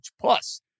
Plus